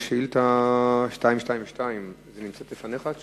יש שאילתא 222. התשובה נמצאת לפניך?